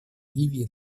ливии